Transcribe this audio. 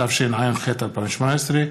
התשע"ח 2018,